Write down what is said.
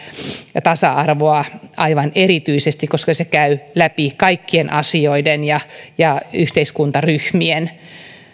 tasa arvoa aivan erityisesti koska se käy läpi kaikkien asioiden ja ja yhteiskuntaryhmien